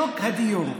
שוק הדיור.